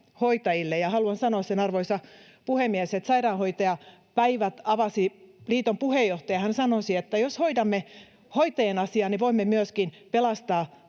haluan sanoa sen, arvoisa puhemies. Sairaanhoitajapäivät avasi liiton puheenjohtaja. Hän sanoi, että jos hoidamme hoitajien asiaa, niin voimme myöskin pelastaa